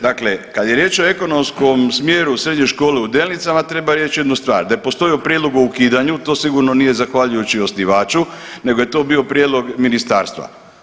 Dakle, kad je riječ o ekonomskom smjeru u Srednjoj školi u Delnicama treba reći jednu stvar da je postojao prijedlog o ukidanju to sigurno nije zahvaljujući osnivaču nego je to bio prijedlog ministarstva.